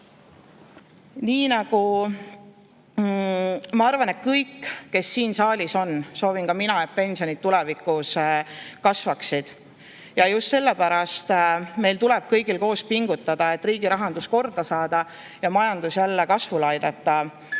ei ole. Ma arvan, et kõik, kes siin saalis on, soovivad, et pensionid tulevikus kasvaksid. Nii ka mina. Ja just sellepärast tuleb meil kõigil koos pingutada, et riigirahandus korda saada ja majandus jälle kasvule aidata.